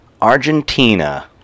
Argentina